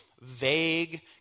vague